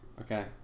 Okay